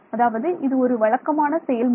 அதாவது இது ஒரு வழக்கமான செயல்முறை